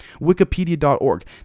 wikipedia.org